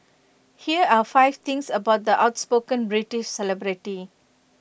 here are five things about the outspoken British celebrity